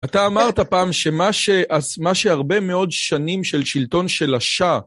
אתה אמרת פעם שמה שהרבה מאוד שנים של שלטון של השאה,